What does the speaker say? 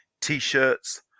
t-shirts